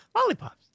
Lollipops